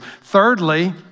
Thirdly